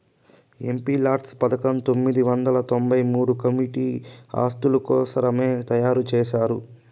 MPLADS పథకం పంతొమ్మిది వందల తొంబై మూడుల కమ్యూనిటీ ఆస్తుల కోసరమే తయారు చేశారు